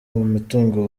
mitungo